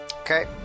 Okay